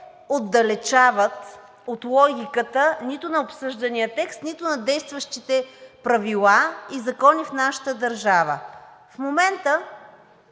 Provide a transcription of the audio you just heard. отдалечават от логиката нито на обсъждания текст, нито на действащите правила и закони в нашата държава. В момента